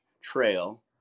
trail